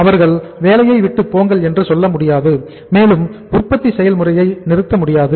அவர்கள் வேலையை விட்டு போங்கள் என்று சொல்ல முடியாது மேலும் உற்பத்தி செயல்முறையை நிறுத்த முடியாது